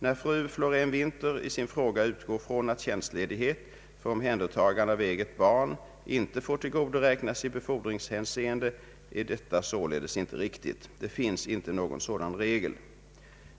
När fru Florén Winther i sin fråga utgår från att tjänstledighet för omhändertagande av eget barn ej får tillgodoräknas i befordringshänseende, är detta således inte riktigt. Det finns inte någon sådan regel.